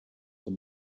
for